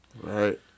Right